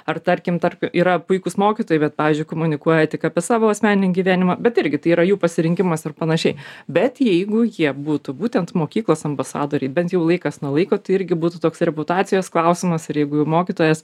ar tarkim yra puikūs mokytojai bet pavyzdžiui komunikuoja tik apie savo asmeninį gyvenimą bet irgi tai yra jų pasirinkimas ir panašiai bet jeigu jie būtų būtent mokyklos ambasadoriai bent jau laikas nuo laiko tai irgi būtų toks reputacijos klausimas ir jeigu mokytojas